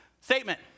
Statement